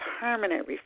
permanent